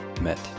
met